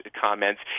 comments